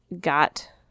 got